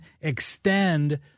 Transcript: extend